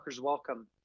Welcome